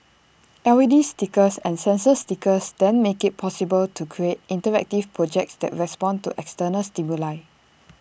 L E D stickers and sensor stickers then make IT possible to create interactive projects that respond to external stimuli